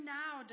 now